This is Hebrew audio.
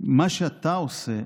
מה שאתה עושה,